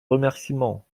remerciements